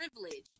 privilege